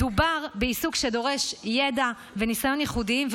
מדובר בעיסוק שדורש ידע וניסיון ייחודיים,